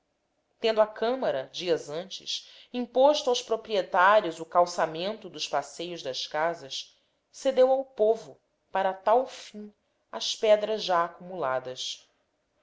tendo a câmara dias antes imposto aos proprietários o calçamento dos passeios das casas cedeu ao povo para tal fim as pedras já acumuladas